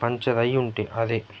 puncture అయ్యుంటే అదే